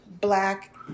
black